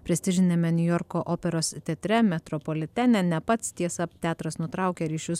prestižiniame niujorko operos teatre metropolitene ne pats tiesa teatras nutraukė ryšius